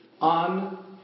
on